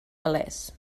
palès